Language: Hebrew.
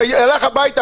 הלך הביתה.